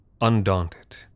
undaunted